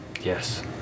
Yes